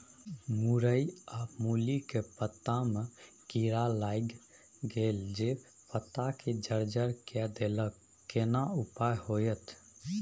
मूरई आ मूली के पत्ता में कीरा लाईग गेल जे पत्ता के जर्जर के देलक केना उपाय होतय?